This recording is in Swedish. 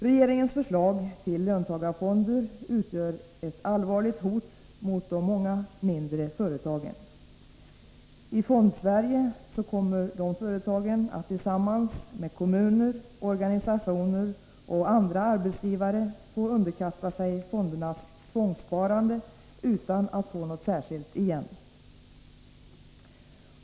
Regeringens förslag till löntagarfonder utgör ett allvarligt hot mot de många mindre företagen. I Fondsverige kommer dessa företag att tillsammans med kommuner, organisationer och andra arbetsgivare få underkasta sig fondernas tvångssparande utan att få något särskilt igen.